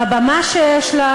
בבמה שיש לו